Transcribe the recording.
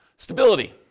Stability